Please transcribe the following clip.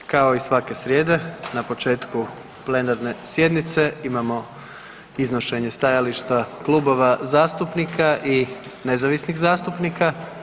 Kao i svake srijede na početku plenarne sjednice imamo iznošenje stajališta klubova zastupnika i nezavisnih zastupnika.